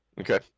Okay